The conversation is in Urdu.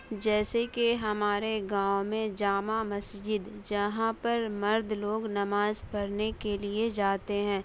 جیسے کہ ہمارے گاؤں میں جامع مسجد جہاں پر مرد لوگ نماز پڑھنے کے لیے جاتے ہیں